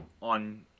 on